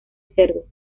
cerdo